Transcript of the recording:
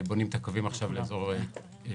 בונים את הקווים לאזור צפת